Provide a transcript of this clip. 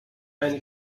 eine